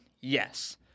Yes